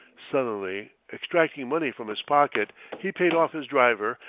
sullenly extracting money from his pocket, he paid off his driver,